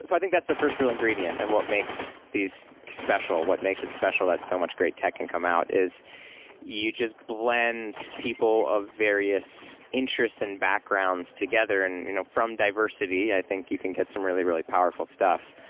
so i think that's the first real ingredient of what makes these special, what makes it special that so much great tech can come out is you just blend people of various interests and backgrounds together, and you know from diversity i think you can get some really, really powerful stuff.